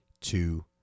two